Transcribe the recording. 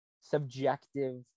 subjective